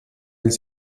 els